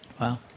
Wow